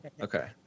okay